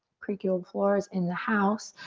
creaky old floor is in the house.